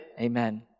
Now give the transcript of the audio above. Amen